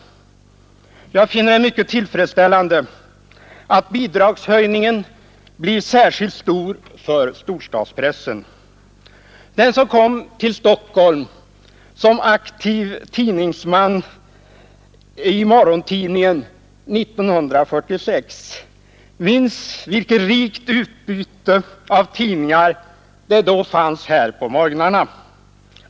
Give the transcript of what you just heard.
Jag finner det mycket tillfredsställande att bidragshöjningen blir särskilt stor för storstadspressen. Den som kom till Stockholm som aktiv tidningsman i Morgon-Tidningen 1946 minns vilket rikt utbyte av tidningar det då fanns här på morgnarna.